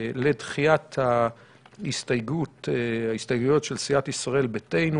לדחיית ההסתייגויות של סיעת ישראל ביתנו